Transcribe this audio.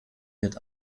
wird